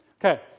Okay